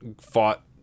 fought